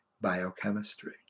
Biochemistry